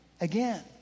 Again